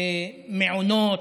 במעונות.